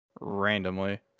randomly